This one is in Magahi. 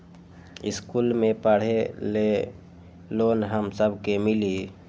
इश्कुल मे पढे ले लोन हम सब के मिली?